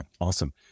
awesome